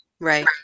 Right